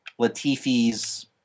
Latifi's